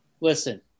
Listen